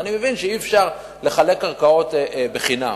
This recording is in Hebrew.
אז אני מבין שאי-אפשר לחלק קרקעות בחינם,